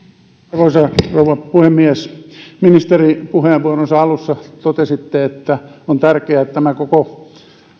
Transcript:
arvoisa rouva puhemies ministeri puheenvuoronne alussa totesitte että on tärkeää että tämä koko